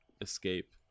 escape